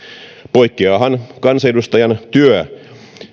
poikkeaahan kansanedustajan työ